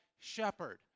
shepherd